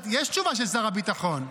התשובה של שר הביטחון.